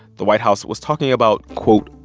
the white house was talking about, quote,